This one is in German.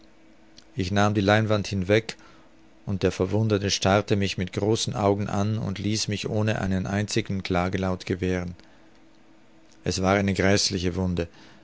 ich nahm die leinwand hinweg und der verwundete starrte mich mit großen augen an und ließ mich ohne einen einzigen klagelaut gewähren es war eine gräßliche wunde